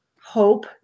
hope